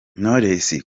knowless